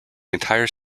entire